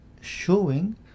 showing